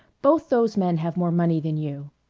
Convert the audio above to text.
both those men have more money than you!